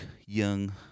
young